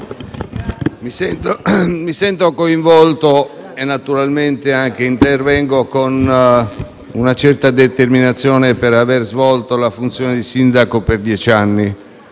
mi sento coinvolto e intervengo con una certa determinazione per aver svolto la funzione di sindaco per dieci anni.